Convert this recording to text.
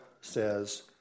says